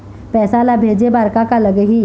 पैसा ला भेजे बार का का लगही?